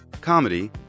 comedy